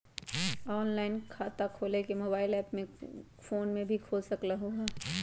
Online खाता खोले के मोबाइल ऐप फोन में भी खोल सकलहु ह?